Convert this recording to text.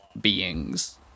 beings